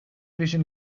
vision